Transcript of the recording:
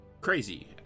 crazy